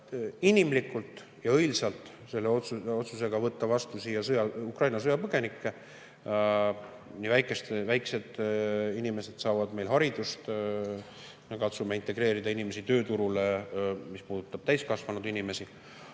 inimlikult ja õilsalt, otsustades võtta vastu Ukraina sõjapõgenikke. Väikesed inimesed saavad meil haridust. Me katsume integreerida inimesi tööturule, mis puudutab täiskasvanud inimesi.